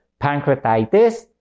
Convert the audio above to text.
pancreatitis